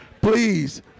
Please